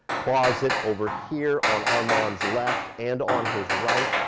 closet over here on armand's left, and on his right.